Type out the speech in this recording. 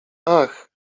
ach